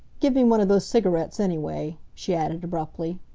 give me one of those cigarettes, anyway, she added abruptly.